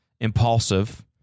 Impulsive